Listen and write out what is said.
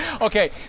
okay